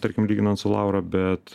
tarkim lyginant su laura bet